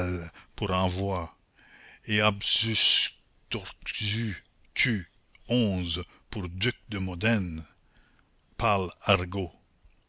pour envoi et abfxustgrnogrkzu tu xi pour duc de modène parle argot